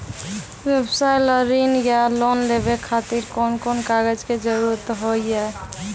व्यवसाय ला ऋण या लोन लेवे खातिर कौन कौन कागज के जरूरत हाव हाय?